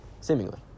Seemingly